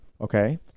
Okay